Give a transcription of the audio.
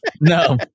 no